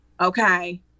okay